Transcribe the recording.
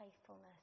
faithfulness